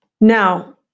Now